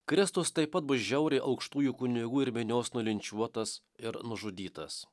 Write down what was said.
kristus taip pat bus žiauriai aukštųjų kunigų ir minios nulinčiuotas ir nužudytas